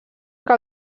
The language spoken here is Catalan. que